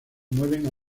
mueven